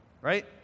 right